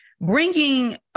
Bringing